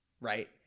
Right